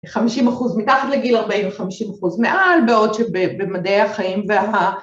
50 אחוז מתחת לגיל 40 ו-50 אחוז מעל בעוד שבמדעי החיים וה...